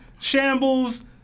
shambles